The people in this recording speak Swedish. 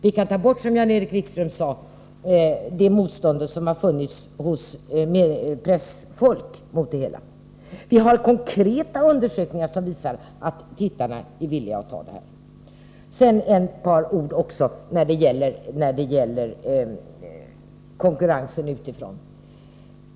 Vi kan, som Jan-Erik Wikström sade, ta bort det motstånd som har funnits hos pressfolk mot reklam i TV. Det finns konkreta undersökningar som visar att tittarna är villiga att godta reklam. Sedan vill jag också säga ett par ord när det gäller konkurrens utifrån.